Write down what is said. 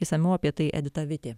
išsamiau apie tai edita vitė